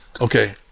Okay